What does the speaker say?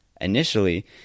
initially